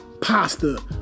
pasta